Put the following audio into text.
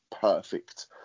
perfect